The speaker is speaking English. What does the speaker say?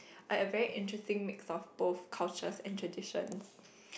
and a very interesting mix of both cultures and traditions